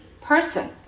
person